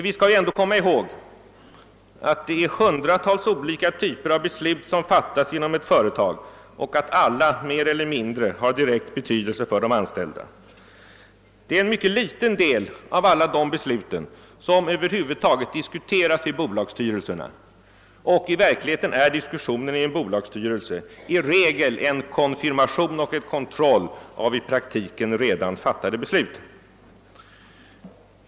Vi skall ändå komma ihåg att det är hundratals olika typer av beslut som fattas inom ett företag och att alla, mer eller mindre, har direkt betydelse för de anställda. Det är en mycket liten del av alla dessa beslut som över huvud taget diskuteras i bolagsstyrelserna. I regel är diskussionen i en bolagsstyrelse en konfirmation och kontroll av i praktiken redan fattade beslut.